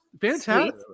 Fantastic